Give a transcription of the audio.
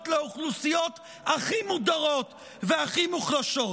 לאוכלוסיות הכי מודרות והכי מוחלשות.